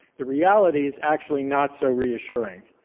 the reality is actually not so reassuring.